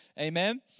Amen